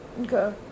okay